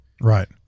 Right